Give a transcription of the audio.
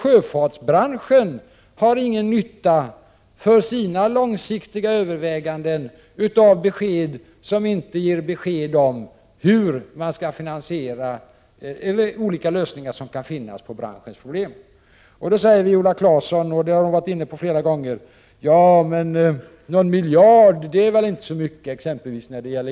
Sjöfartsbranschen har för sina långsiktiga överväganden inte någon glädje av budskap som inte ger besked om hur de olika lösningar som kan finnas av branschens problem skall finansieras. Exempelvis när det gäller järnvägarna har Viola Claesson flera gånger sagt att någon miljard är väl inte så mycket.